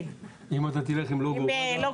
אני פה